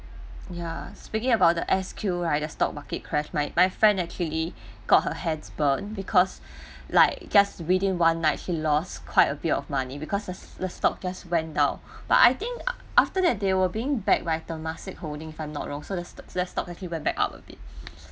ya speaking about the S_Q right the stock market crash my my friend actually got her hands burned because like just within one night he lost quite a bit of money because the s~ the stock just went down but I think a~ after that there were being back by temasek holding if I'm not wrong so the st~ stock actually went up a bit